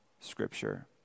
Scripture